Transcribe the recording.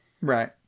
Right